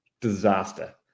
disaster